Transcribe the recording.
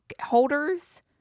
holders